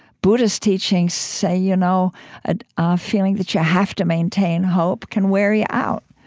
buddhist teachings say you know ah ah feeling that you have to maintain hope can wear you out.